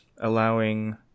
allowing